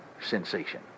sensation